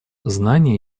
знания